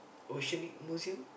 oceanic museum